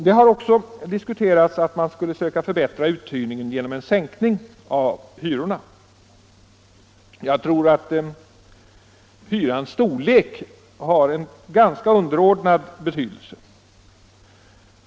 Det har också diskuterats att man skall försöka förbättra uthyrningen genom en sänkning av hyrorna. Jag tror att hyrans storlek har en ganska underordnad betydelse.